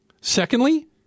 Secondly